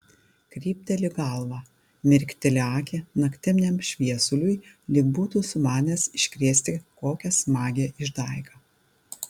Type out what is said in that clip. krypteli galvą mirkteli akį naktiniam šviesuliui lyg būtų sumanęs iškrėsti kokią smagią išdaigą